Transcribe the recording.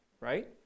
right